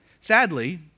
Sadly